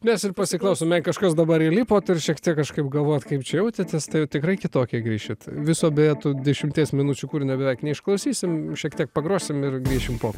mes ir pasiklausom jei kažkas dabar įlipot ir šiek tiek kažkaip galvojat kaip čia jaučiatės tai tikrai kitokie grįšit viso beje tų dešimties minučių kūrinio beveik neišklausysim šiek tiek pagrosim ir grįšim po